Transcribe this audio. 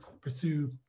pursue